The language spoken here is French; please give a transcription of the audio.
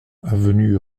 avenue